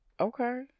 Okay